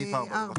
סעיף 4, בבקשה.